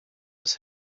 was